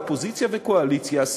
אופוזיציה וקואליציה,